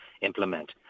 implement